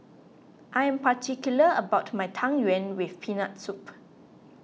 I am particular about my Tang Yuen with Peanut Soup